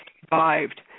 survived